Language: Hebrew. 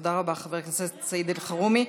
תודה רבה, חבר הכנסת סעיד אלחרומי.